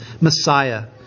Messiah